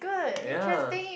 ya